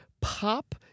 pop